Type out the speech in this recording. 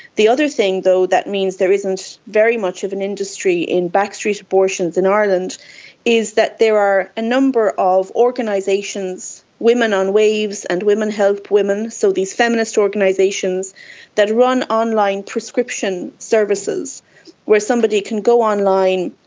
the other thing though that means there isn't very much of an industry in backstreet abortions in ireland is that there are a number of organisations, women on waves and women help women, so these feminist organisations that run online prescription services where somebody can go online,